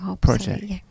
project